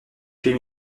tués